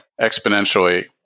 exponentially